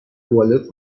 توالت